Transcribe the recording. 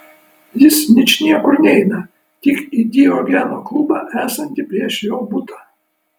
jis ničniekur neina tik į diogeno klubą esantį prieš jo butą